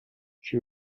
she